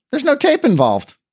there's no tape involved.